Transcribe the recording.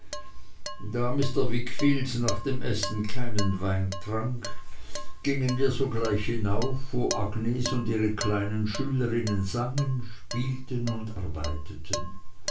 da mr wickfield nach dem essen keinen wein trank gingen wir sogleich hinauf wo agnes und ihre kleinen schülerinnen sangen spielten und arbeiteten